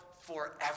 forever